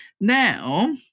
now